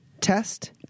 test